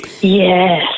Yes